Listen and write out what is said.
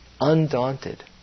Undaunted